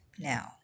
now